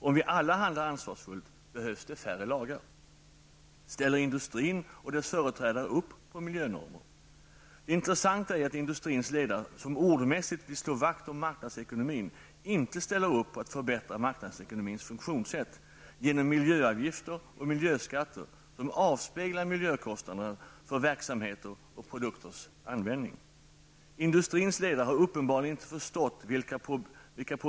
Om vi alla handlar ansvarsfullt behövs det färre lagar. Ställer industrin och dess företrädare upp på miljönormer? Det intressanta är att industrins ledare, som ordmässigt vill slå vakt om marknadsekonomin, inte ställer upp på att förbättra marknadsekonomins funktionssätt genom miljöavgifter och miljöskatter som avspeglar miljökostnaderna för verksamheter och produkters användning. Industrins ledare har uppenbarligen inte förstått vilka problemen är.